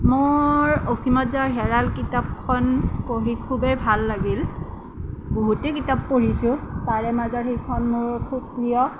মোৰ অসীমত যাৰ হেৰাল কিতাপখন পঢ়ি খুবেই ভাল লাগিল বহুতেই কিতাপ পঢ়িছোঁ তাৰে মাজৰ সেইখন মোৰ খুব প্ৰিয়